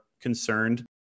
concerned